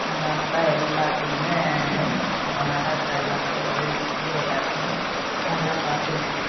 எங்கள் அக்கா எல்லாத்துக்குமே எங்கள் நடு அக்கா எல்லாத்துக்கும் உதவி செஞ்சு எல்லாத்தையும் நல்லா பார்த்துக்கிச்சி